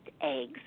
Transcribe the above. eggs